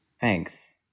Thanks